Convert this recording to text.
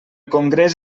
congrés